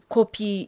Copy